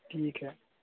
ठीक है